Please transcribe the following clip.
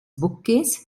bookcase